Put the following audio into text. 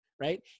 right